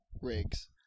Rigs